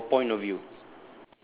our our point of view